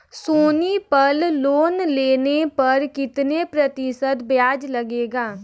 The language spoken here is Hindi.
सोनी पल लोन लेने पर कितने प्रतिशत ब्याज लगेगा?